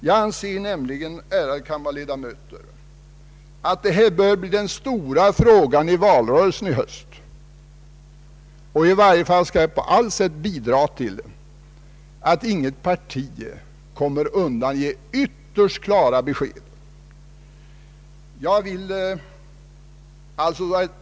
Jag anser nämligen, ärade kammarledamöter, att detta blir den största frågan i valet i höst. I varje fall skall jag på allt sätt bidra till att inte något parti kommer ifrån att ge ytterst klara besked om sitt ställningstagande.